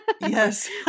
Yes